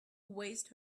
waste